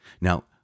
Now